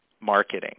marketing